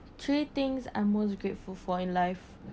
three things I’m most grateful for in life